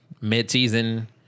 mid-season